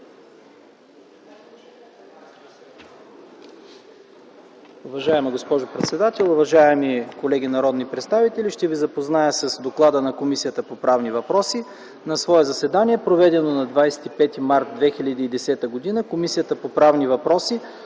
Уважаема госпожо председател, уважаеми колеги народни представители! Ще Ви запозная с доклада на Комисията по правни въпроси: „На свое заседание, проведено на 25 март 2010 г., Комисията по правни въпроси